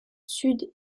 sud